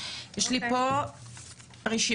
יש לי פה רשימה,